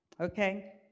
okay